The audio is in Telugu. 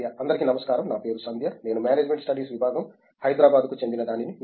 సంధ్య అందరికీ నమస్కారం నా పేరు సంధ్య నేను మేనేజ్మెంట్ స్టడీస్ విభాగం హైదరాబాద్కు చెందినదానిని